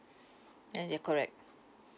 that's yeah correct